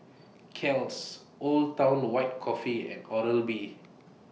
Kiehl's Old Town White Coffee and Oral B